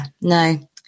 No